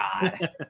God